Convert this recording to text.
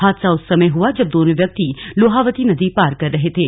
हादसा उस समय हआ जब दोनों व्यक्ति लोहावती नदी पार कर रहे थे